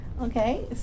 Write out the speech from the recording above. Okay